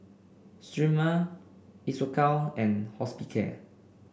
Sterimar Isocal and Hospicare